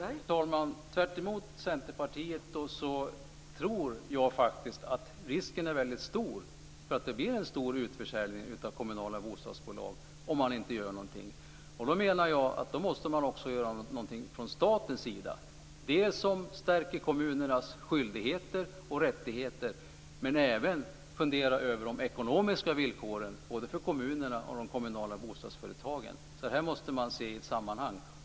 Fru talman! Tvärtemot Centerpartiet tror jag faktiskt att risken är väldigt stor för att det blir en stor utförsäljning av kommunala bostadsbolag, om man inte gör någonting. Då menar jag att man måste göra någonting också från statens sida, dels det som stärker kommunernas skyldigheter och rättigheter, dels fundera över de ekonomiska villkoren både för kommunerna och för de kommunala bostadsföretagen. Här måste man se ett sammanhang.